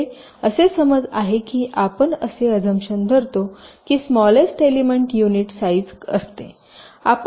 येथे असे समज आहे की आपण असे आझमशन धरतो की स्मालेस्ट एलिमेंट युनिट साईज असते